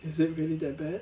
is it really that bad